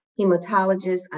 hematologist